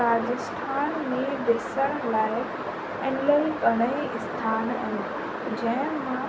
राजस्थान में ॾिसण लाइ इलाही घणेई स्थान आहिनि जंहिंमां